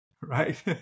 right